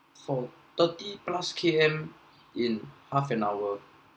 for thirty plus K_M in half an hour